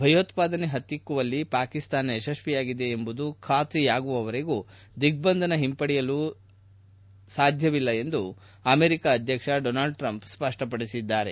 ಭಯೋತ್ಪಾದನೆ ಹತ್ತಿಕ್ಕುವಲ್ಲಿ ಪಾಕಿಸ್ತಾನ ಯಶಸ್ವಿಯಾಗಿದೆ ಎಂಬುದು ಬಾತ್ರಿಯಾಗುವವರೆಗೂ ದಿಗ್ದಂಧನ ಹಿಂಪಡೆಯಲು ಸಾಧ್ಯವಿಲ್ಲ ಎಂದು ಅಮೆರಿಕ ಅಧ್ಯಕ್ಷ ಡೊನಾಲ್ಡ್ ಟ್ರಂಪ್ ಸ್ಪಷ್ಟಪಡಿಸಿದ್ದಾರೆ